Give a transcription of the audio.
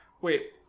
Wait